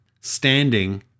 standing